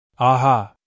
Aha